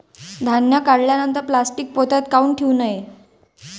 धान्य काढल्यानंतर प्लॅस्टीक पोत्यात काऊन ठेवू नये?